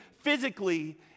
physically